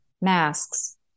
Masks